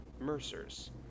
mercers